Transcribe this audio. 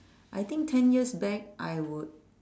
I think ten years back I would